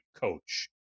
coach